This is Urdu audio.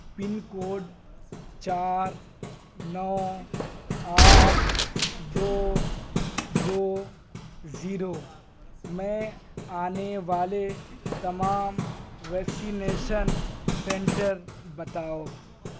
پن کوڈ چار نو آٹھ دو دو زیرو میں آنے والے تمام ویکسینیشن سنٹر بتاؤ